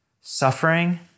Suffering